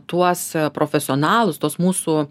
tuos profesionalus tuos mūsų